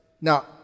Now